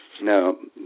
no